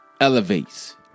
elevates